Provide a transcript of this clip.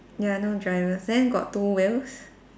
ya no drivers then got two wheels